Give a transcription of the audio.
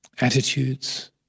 attitudes